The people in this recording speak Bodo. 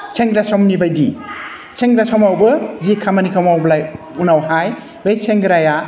सेंग्रा समनि बायदि सेंग्रा समावबो जि खामानिखौ मावब्ला उनावहाय बै सेंग्राया